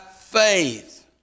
faith